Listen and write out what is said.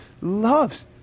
loves